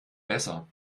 besser